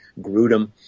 Grudem